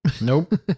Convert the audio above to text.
nope